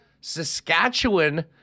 Saskatchewan